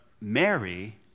Mary